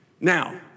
Now